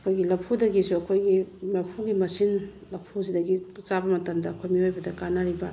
ꯑꯩꯈꯣꯏꯒꯤ ꯂꯐꯨꯗꯒꯤꯁꯨ ꯑꯩꯈꯣꯏꯒꯤ ꯂꯐꯨꯒꯤ ꯃꯁꯤꯡ ꯂꯐꯨꯁꯤꯗꯒꯤ ꯆꯥꯕ ꯃꯇꯝꯗ ꯑꯩꯈꯣꯏ ꯃꯤꯑꯣꯏꯕꯗ ꯀꯥꯟꯅꯔꯤꯕ